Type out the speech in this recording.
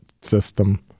system